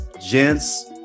gents